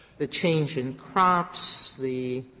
the change in crops, the